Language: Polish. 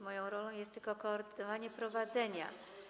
Moją rolą jest tylko koordynowanie prowadzenia.